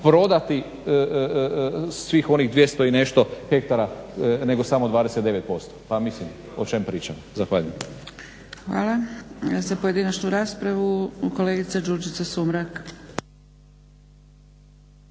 prodati svih onih 200 i nešto hektara nego samo 29%. Pa mislim o čem pričamo? Zahvaljujem. **Zgrebec, Dragica (SDP)** Hvala. Za pojedinačnu raspravu kolegica Đurđica Sumrak.